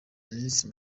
minisitiri